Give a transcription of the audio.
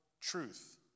truth